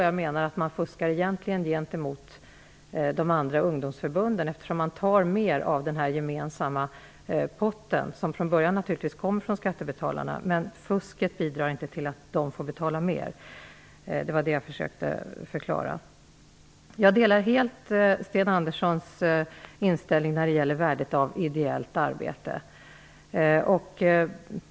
Jag menar därför att man egentligen fuskar gentemot de andra ungdomsförbunden, eftersom ett förbund som fuskar tar mer från den gemensamma potten. Den potten är från början naturligtvis skattebetalarnas pengar, men fusket gör ändå inte att skattebetalarna får betala mer. Det var det jag försökte förklara. Jag delar helt Sten Anderssons uppfattning om värdet av ideellt arbete.